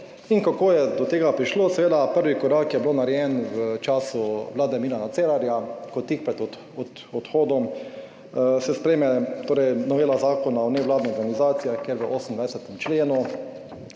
In kako je do tega prišlo? Seveda prvi korak je bil narejen v času Vlade Mira Cerarja, ko tik pred odhodom se sprejme novela Zakona o nevladnih organizacijah, kjer v 28. členu